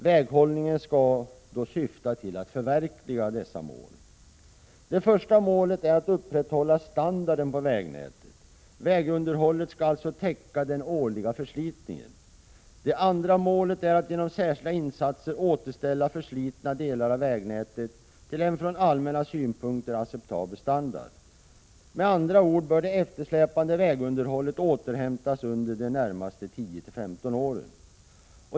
Väghållningen skall syfta till att förverkliga dessa mål. Det första målet är att upprätthålla standarden på vägnätet. Vägunderhållet skall alltså täcka den årliga förslitningen. Det andra målet är att genom särskilda insatser återställa förslitna delar av vägnätet till en från allmänna synpunkter acceptabel standard. Med andra ord bör det eftersläpande vägunderhållet återhämtas under de närmaste 10-15 åren.